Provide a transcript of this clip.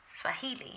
Swahili